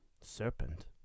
Serpent